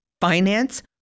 finance